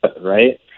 Right